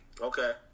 Okay